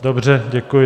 Dobře, děkuji.